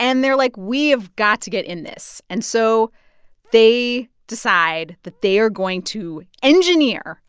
and they're like, we have got to get in this. and so they decide that they're going to engineer